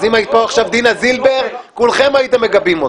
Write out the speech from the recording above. אם היתה פה עכשיו דינה זילבר כולכם הייתם מגבים אותה.